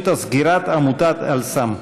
סגירת עמותת אל-סם.